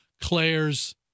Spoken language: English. Claire's